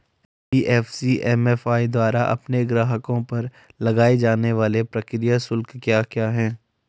NBFC MFI द्वारा अपने ग्राहकों पर लगाए जाने वाले प्रक्रिया शुल्क क्या क्या हैं?